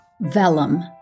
Vellum